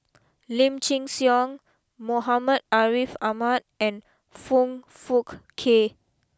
Lim Chin Siong Muhammad Ariff Ahmad and Foong Fook Kay